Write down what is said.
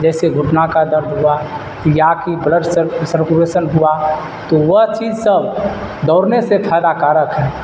جیسے گھٹنا کا درد ہوا یا کہ بلڈ سر سرکوویسن ہوا تو وہ چیز سب دوڑنے سے فائدہ کارک ہے